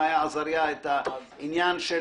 מאיה עזריה, את העניין של